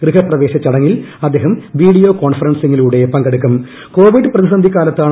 ഗൃഹപ്രവേശ ചടങ്ങിൽ അദ്ദേഹം വീഡിയോ കോൺഫറൻസിംഗിലൂടെ കോവിഡ് പ്രതിസന്ധി പങ്കെടുക്കും